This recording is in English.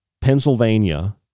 Pennsylvania